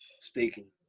speaking